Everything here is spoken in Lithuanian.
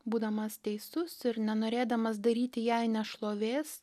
būdamas teisus ir nenorėdamas daryti jai nešlovės